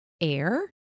air